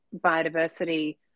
biodiversity